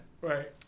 Right